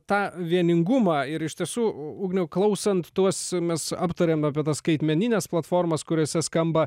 tą vieningumą ir iš tiesų ugniau klausant tuos mes aptarėm apie tas skaitmenines platformas kuriose skamba